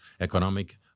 economic